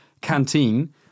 canteen